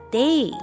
day